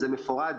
זה מפורט,